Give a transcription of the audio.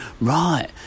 right